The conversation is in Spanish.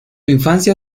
infancia